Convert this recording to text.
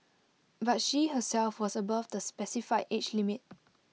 but she herself was above the specified age limit